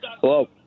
Hello